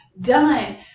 done